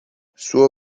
sua